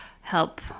help